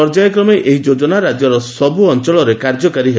ପର୍ଯ୍ୟାୟକ୍ରମେ ଏହି ଯୋଜନା ରାଜ୍ୟର ସବୁ ଅଞ୍ଚଳରେ କାର୍ଯ୍ୟକାରୀ ହେବ